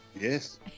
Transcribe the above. Yes